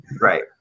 Right